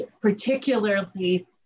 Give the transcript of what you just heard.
particularly